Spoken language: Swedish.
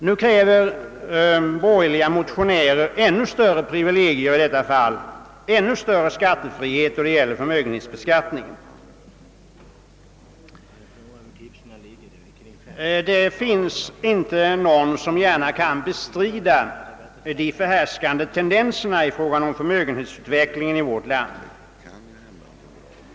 Nu kräver borgerliga motionärer ännu större privilegier och ännu större skattefrihet då det gäller förmögenhetsbeskattning. Det finns inte någon som gärna kan bestrida de förhärskande tendenserna i fråga om förmögenhetsutvecklingen i vårt land.